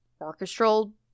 orchestral